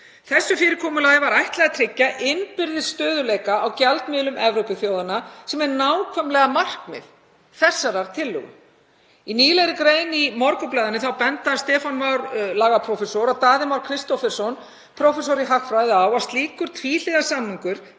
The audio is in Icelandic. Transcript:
Þessu fyrirkomulagi var ætlað að tryggja innbyrðis stöðugleika á gjaldmiðlum Evrópuþjóðanna, sem er nákvæmlega markmið þessarar tillögu. Í nýlegri grein í Morgunblaðinu benda Stefán Már Stefánsson lagaprófessor og Daði Már Kristófersson, prófessor í hagfræði, á að slíkur tvíhliða samningur